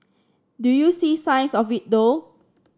do you see signs of it though